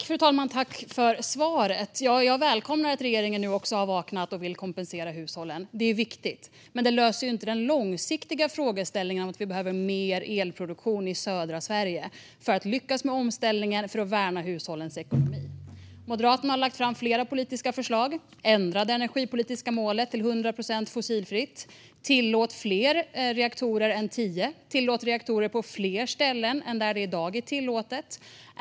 Fru talman! Jag tackar för svaret. Jag välkomnar att regeringen nu också har vaknat och vill kompensera hushållen. Det är viktigt. Men det löser inte den långsiktiga frågeställningen om att vi behöver mer elproduktion i södra Sverige för att lyckas med omställningen och värna hushållens ekonomi. Moderaterna har lagt fram flera politiska förslag: Ändra det energipolitiska målet till 100 procent fossilfritt. Tillåt fler reaktorer än tio. Tillåt reaktorer på fler ställen än där det i dag är tillåtet.